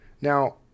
Now